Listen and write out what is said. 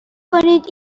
کنید